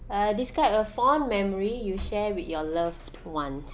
uh describe a fond memory you share with your loved one